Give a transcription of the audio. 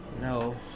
no